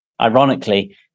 Ironically